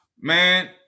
Man